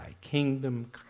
kingdom